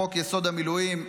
חוק-יסוד: המילואים,